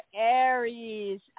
Aries